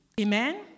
Amen